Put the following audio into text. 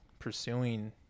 pursuing